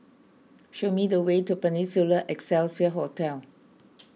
show me the way to Peninsula Excelsior Hotel